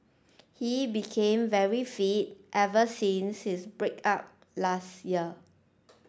he became very fit ever since his break up last year